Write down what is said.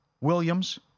Williams